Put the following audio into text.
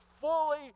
fully